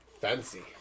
Fancy